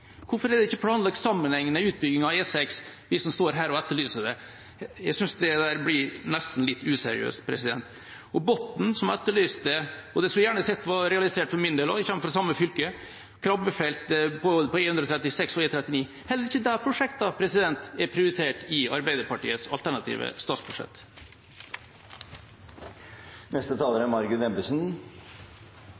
Hvorfor er ikke en sammenhengende utbygging av E6 planlagt av dem som står her og etterlyser det? Jeg synes det nesten blir litt useriøst. Botten etterlyste krabbefelt på E36 og på E39. Det skulle jeg gjerne sett realisert for min del, vi kommer fra samme fylke, men heller ikke de prosjektene er prioritert i Arbeiderpartiets alternative statsbudsjett.